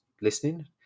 listening